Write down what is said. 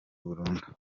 burundu